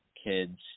kids